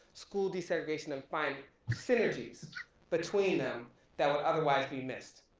school desegregation, and find synergies between them that would otherwise be missed.